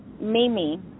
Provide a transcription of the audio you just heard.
Mimi